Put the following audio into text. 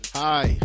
hi